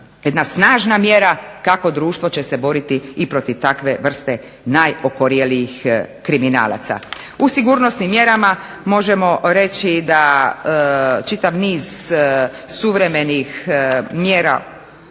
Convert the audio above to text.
jedna snažna mjera kako društvo će se boriti i protiv takve vrste najokorjelijih kriminalaca. U sigurnosnim mjerama možemo reći da čitav niz suvremenih mjera